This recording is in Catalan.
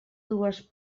dues